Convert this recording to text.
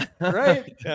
Right